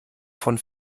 von